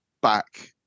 back